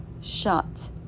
shut